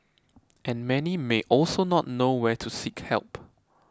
and many may also not know where to seek help